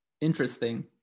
interesting